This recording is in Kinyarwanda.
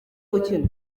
gukina